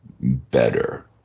better